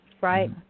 Right